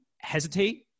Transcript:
hesitate